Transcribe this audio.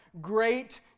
great